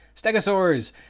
Stegosaurs